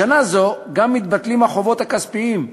בשנה זו גם מתבטלים החובות הכספיים.